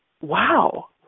wow